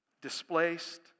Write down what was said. Displaced